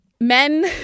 men